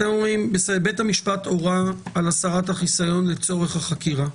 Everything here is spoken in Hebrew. אתם אומרים שבית המשפט הורה על הסרת החיסיון לצורך החקירה.